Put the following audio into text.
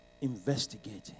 Investigating